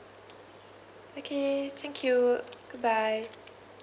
okay thank you goodbye